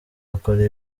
akora